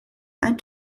ein